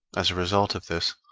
as a result of this,